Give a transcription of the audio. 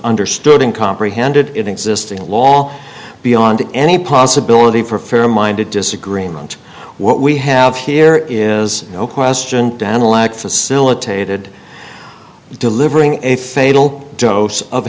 understood in comprehended in existing law beyond any possibility for fair minded disagreement what we have here is no question down a lack facilitated delivering a fatal dose of